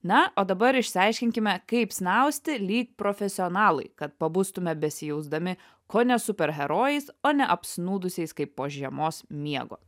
na o dabar išsiaiškinkime kaip snausti lyg profesionalai kad pabustume besijausdami kone super herojais o ne apsnūdusias kaip po žiemos miego